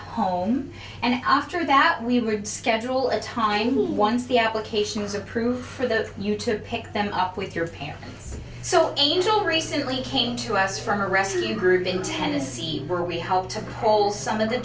home and after that we were schedule a time once the application is approved for those of you to pick them up with your parents so angel recently came to us from a rescue group in tennessee where we hope to paul's some of the